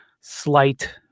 slight